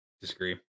Disagree